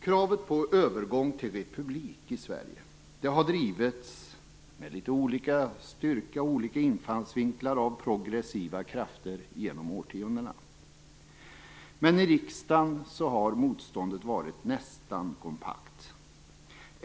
Kravet på övergång till republik i Sverige har drivits med litet olika styrka och infallsvinklar av progressiva krafter genom årtiondena. Men i riksdagen har motståndet varit nästan kompakt.